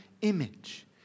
image